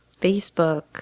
Facebook